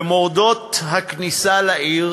במורדות הכניסה לעיר